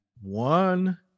one